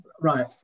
right